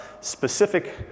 specific